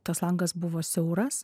tas langas buvo siauras